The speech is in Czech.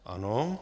Ano.